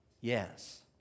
Yes